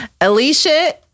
Alicia